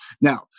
Now